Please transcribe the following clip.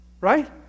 Right